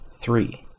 three